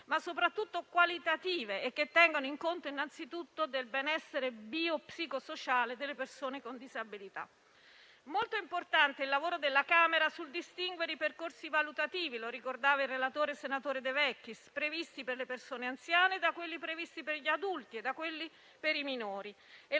e soprattutto qualitative e che tengano conto innanzitutto del benessere biopsicosociale delle persone con disabilità. Molto importante è il lavoro della Camera sul distinguere i percorsi valutativi - lo ricordava il relatore, senatore De Vecchis - previsti per le persone anziane da quelli previsti per gli adulti e da quelli per i minori,